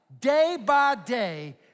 day-by-day